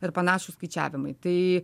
ir panašūs skaičiavimai tai